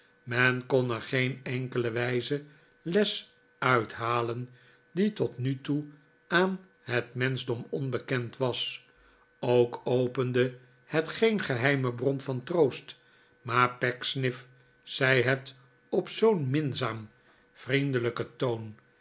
men kon er geen enkele wijze les uit halen die tot nu toe aan het menschdom onbekend was ook opende het geen geheime bron van troost maar pecksniff zei het op zoo'n minzaam vriendelijken toon